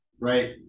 right